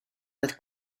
oedd